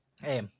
Hey